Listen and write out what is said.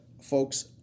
folks